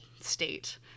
state